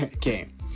game